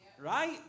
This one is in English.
Right